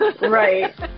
Right